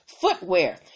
footwear